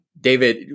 David